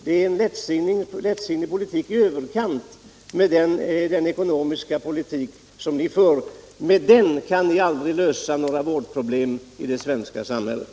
Det är en lättsinnig politik i överkant. Med den ekonomiska politik som ni för kan vi aldrig lösa några vårdproblem i det svenska samhället.